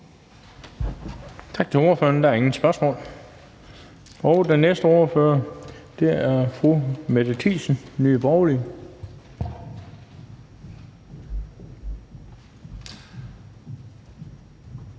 Tak til ordføreren. Der er ingen spørgsmål. Den næste ordfører er fru Mette Thiesen, Nye Borgerlige.